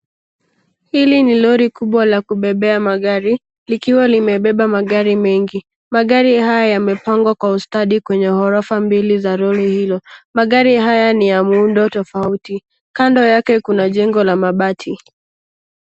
Hili ni lori kubwa la kubebea magari likiwa limebeba magari mengi. Magari haya yamepangwa kwa ustadi kwenye ghorofa mbili za lori hilo. Magari haya ni ya muundo tofauti. Kando yake kuna jengo la mabati.